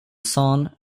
son